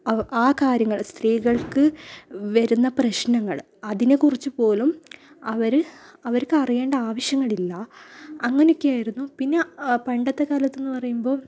അവ് ആ കാര്യങ്ങൾ സ്ത്രീകൾക്ക് വരുന്ന പ്രശ്നങ്ങൾ അതിനെക്കുറിച്ച് പോലും അവർ അവർക്ക് അറിയേണ്ട ആവശ്യങ്ങളില്ല അങ്ങനെയൊക്കെയായിരുന്നു പിന്നെ പണ്ടത്തെ കാലത്തെന്ന് പറയുമ്പോൾ